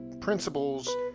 principles